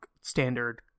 standard